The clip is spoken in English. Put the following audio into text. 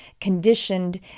conditioned